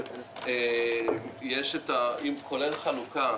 כולל חלוקה.